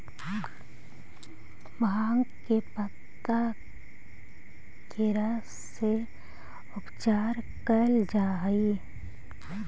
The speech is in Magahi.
भाँग के पतत्ता के रस से उपचार कैल जा हइ